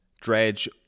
dredge